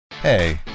Hey